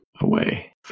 away